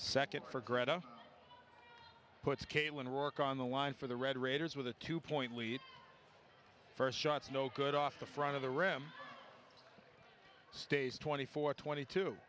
second for gretta puts caitlin rourke on the line for the red raiders with a two point lead first shots no good off the front of the rem stays twenty four twenty two